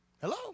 Hello